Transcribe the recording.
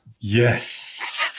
yes